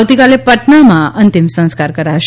આવતીકાલે પટણામાં અંતિમ સંસ્કાર કરાશે